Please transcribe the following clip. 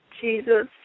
Jesus